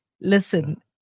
Listen